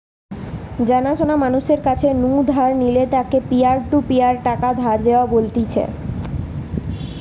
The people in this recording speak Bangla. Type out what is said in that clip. জানা শোনা মানুষের কাছ নু ধার নিলে তাকে পিয়ার টু পিয়ার টাকা ধার দেওয়া বলতিছে